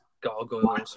Gargoyle